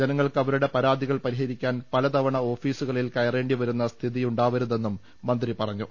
ജനങ്ങൾക്ക് അവരുടെ പരാതികൾ പരിഹരിക്കാൻ പല തവണ ഓഫീസുകളിൽ കയറേണ്ടി വരുന്ന സ്ഥിതി ഉണ്ടാവരുതെന്നും മന്ത്രി പറഞ്ഞു